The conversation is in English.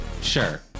Sure